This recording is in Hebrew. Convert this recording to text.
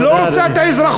היא לא רוצה את האזרחות.